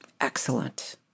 Excellent